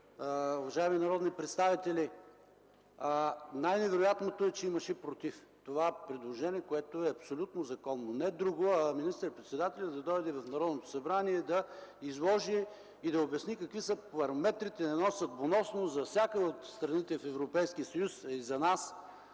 уважаеми народни представители! Най-невероятното е, че имаше против това предложение, което е абсолютно законно – не друго, а министър-председателят да дойде в Народното събрание, да изложи и да обясни какви са параметрите на едно съдбоносно за всяка от страните в Европейския съюз и за нас